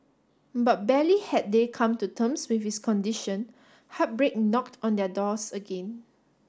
but barely had they come to terms with his condition heartbreak knocked on their doors again